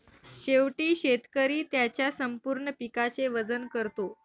शेवटी शेतकरी त्याच्या संपूर्ण पिकाचे वजन करतो